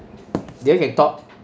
dear can talk